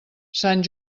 sant